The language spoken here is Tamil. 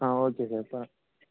ஆ ஓகே சார் இப்போ